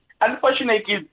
Unfortunately